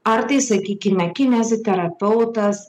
ar tai sakykime kineziterapeutas